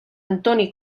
antoni